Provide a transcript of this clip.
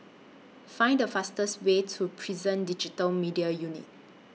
Find The fastest Way to Prison Digital Media Unit